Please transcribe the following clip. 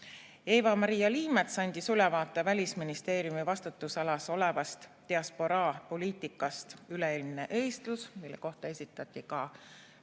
Eva-Maria Liimets andis ülevaate Välisministeeriumi vastutusalas olevast diasporaapoliitikast "Üleilmne eestlus", mille kohta esitati ka